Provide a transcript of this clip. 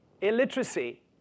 illiteracy